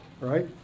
right